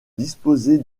disposer